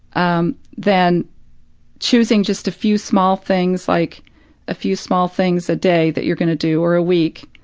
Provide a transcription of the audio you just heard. um then choosing just a few small things like a few small things a day that you're going to do or a week,